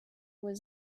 was